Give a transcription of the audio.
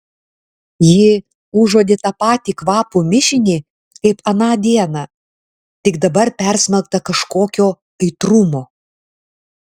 ji užuodė tą patį kvapų mišinį kaip aną dieną tik dabar persmelktą kažkokio aitrumo